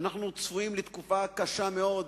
אנחנו צפויים לתקופה קשה מאוד,